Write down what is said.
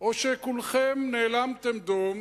או שכולכם נאלמתם דום